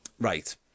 right